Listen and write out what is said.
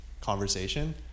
conversation